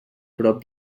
prop